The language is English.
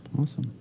Awesome